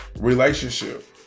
relationship